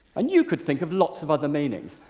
and you could think of lots of other meanings.